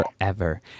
forever